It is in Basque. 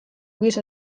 giza